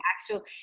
actual